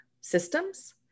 systems